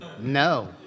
No